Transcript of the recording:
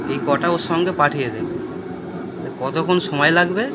এই কটা ওর সঙ্গে পাঠিয়ে দেবেন কতক্ষণ সময় লাগবে